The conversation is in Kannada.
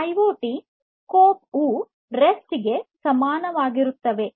ಐಒಟಿಗೆ ಕೋಆಪ್ ರೆಸ್ಟ್ ಗೆ ಸಮಾನವಾಗಿರುತ್ತದೆ